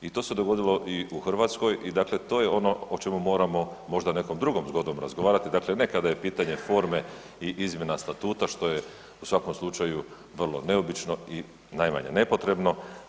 I to se dogodilo i u Hrvatskoj i dakle, to je ono o čemu moramo možda nekom drugom zgodom razgovarati, dakle ne kada je pitanje forme i izmjena statuta, što je u svakom slučaju vrlo neobično i najmanje nepotrebno.